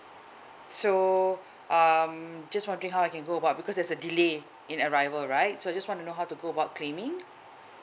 so um just wondering how I can go about because there's a delay in arrival right so I just wanna know how to go about claiming